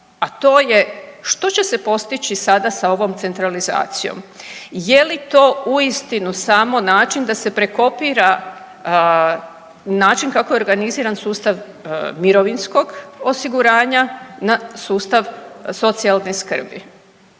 a to je što će se postići sada sa ovom centralizacijom. Je li to uistinu samo način da se prekopira, način kako je organiziran sustav mirovinskog osiguranja na sustav socijalne skrbi?